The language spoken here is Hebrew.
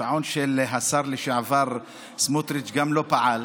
גם השעון של השר לשעבר סמוטריץ' לא פעל.